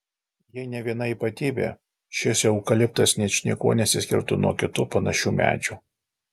jei ne viena ypatybė šis eukaliptas ničniekuo nesiskirtų nuo kitų panašių medžių